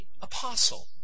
apostle